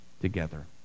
together